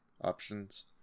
options